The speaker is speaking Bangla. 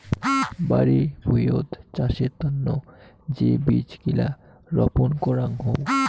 বাড়ি ভুঁইয়ত চাষের তন্ন যে বীজ গিলা রপন করাং হউ